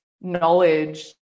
knowledge